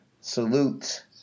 Salute